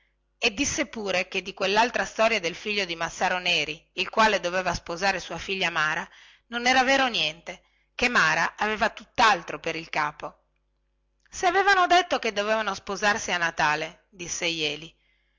e disse pure che di quellaltra storia del figlio di massaro neri il quale doveva sposare sua figlia mara non era vero niente chè mara aveva tuttaltro per il capo se avevano detto che dovevano sposarsi a natale disse jeli